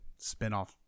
spinoff